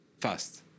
fast